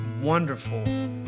wonderful